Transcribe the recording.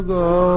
go